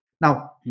Now